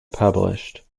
published